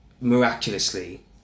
miraculously